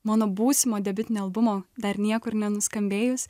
mano būsimo debiutinio albumo dar niekur nenuskambėjus